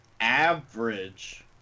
average